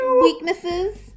weaknesses